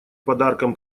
подарком